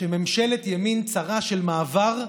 שממשלת ימין צרה, של מעבר,